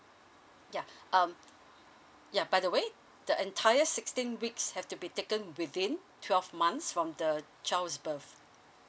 yeah um ya by the way the entire sixteen weeks have to be taken within twelve months from the child's birth